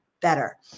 better